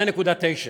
8.9,